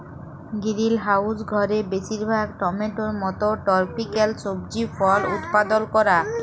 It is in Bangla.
গিরিলহাউস ঘরে বেশিরভাগ টমেটোর মত টরপিক্যাল সবজি ফল উৎপাদল ক্যরা